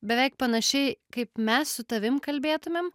beveik panašiai kaip mes su tavim kalbėtumėm